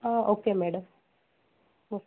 okay madam